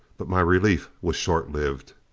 but my relief was short-lived.